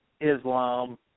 Islam